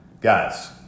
Guys